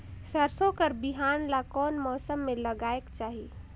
सरसो कर बिहान ला कोन मौसम मे लगायेक चाही?